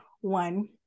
one